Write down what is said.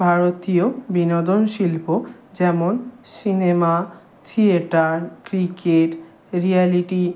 ভারতীয় বিনোদন শিল্প যেমন সিনেমা থিয়েটার ক্রিকেট রিয়্যালিটি